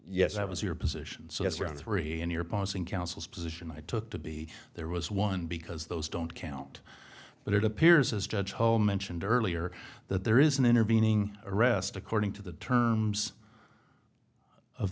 yes i was your position so yes around three in your posting counsel's position i took to be there was one because those don't count but it appears as judge ho mentioned earlier that there is an intervening arrest according to the terms of